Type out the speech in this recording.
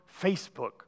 Facebook